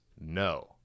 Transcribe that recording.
No